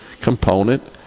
component